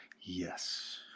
Yes